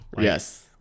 yes